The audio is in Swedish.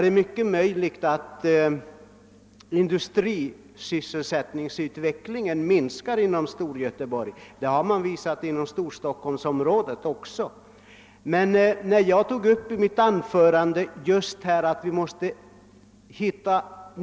Det: är mycket möjligt att industri sysselsättningen minskar inom Storgöteborg. Detsamma: har visat sig inom Storstockholmsområdet. Men när jag i mitt anförande tog upp detta att vi måste finna.